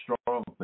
strong